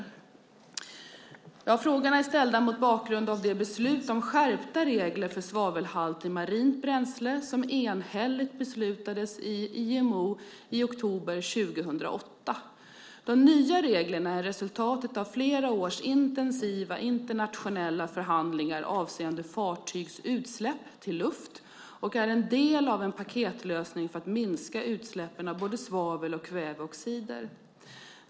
Frågorna är ställda mot bakgrund av det beslut om skärpta regler för svavelhalt i marint bränsle som enhälligt beslutades i IMO i oktober 2008. De nya reglerna är resultatet av flera års intensiva internationella förhandlingar avseende fartygs utsläpp till luft och är en del av en paketlösning för att minska utsläppen av både svavel och kväveoxider.